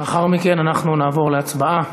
לאחר מכן אנחנו נעבור להצבעה.